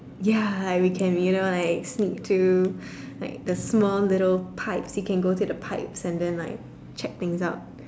ya we can you know like sneak to like a small little pulp we can go to the pulp and then like check things out